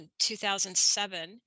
2007